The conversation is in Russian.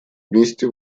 вместе